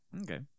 Okay